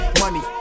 money